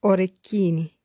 Orecchini